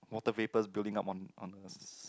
water vapours building up on on